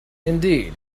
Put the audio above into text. indeed